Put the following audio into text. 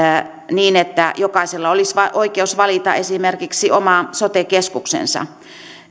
niin että jokaisella olisi oikeus valita esimerkiksi oma sote keskuksensa